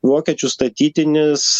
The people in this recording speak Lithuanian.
vokiečių statytinis